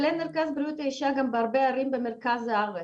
אבל אין מרכז בריאות האישה גם בהרבה ערים במרכז הארץ.